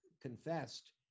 confessed